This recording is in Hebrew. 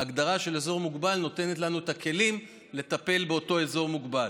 ההגדרה של אזור מוגבל נותנת לנו את הכלים לטפל באותו אזור מוגבל.